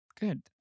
Good